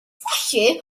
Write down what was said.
felly